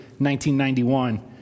1991